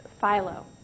Philo